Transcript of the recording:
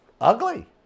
ugly